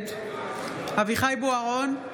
נגד אביחי אברהם בוארון,